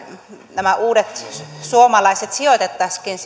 nämä uudet suomalaiset meillä sijoitettaisiinkin